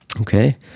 Okay